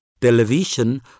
television